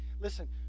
Listen